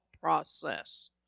process